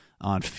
on